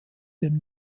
dem